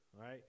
right